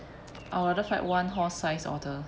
I will rather fight one horse size otter